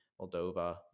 moldova